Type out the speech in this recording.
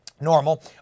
normal